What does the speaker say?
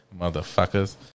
motherfuckers